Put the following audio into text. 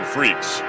Freaks